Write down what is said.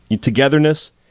togetherness